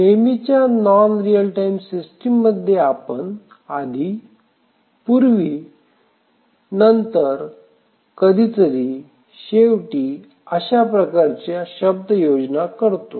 नेहमीच्या non real time system मध्ये आपण आधी पूर्वी नंतर कधीतरी शेवटी अशा प्रकारच्या शब्दयोजना करतो